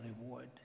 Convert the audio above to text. reward